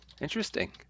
Interesting